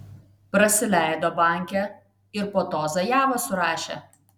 prasileido bankę ir po to zajavą surašė